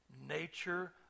nature